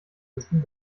müssen